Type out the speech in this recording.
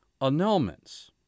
annulments